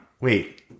wait